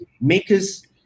makers